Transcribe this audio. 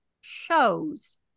shows